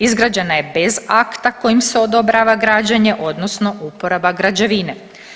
Izgrađena je bez akta kojim se odobrava građenje, odnosno uporaba građevine.